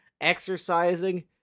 exercising